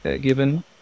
given